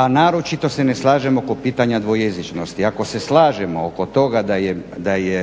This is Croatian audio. A naročito se ne slažem oko pitanja dvojezičnosti. Ako se slažemo oko toga da je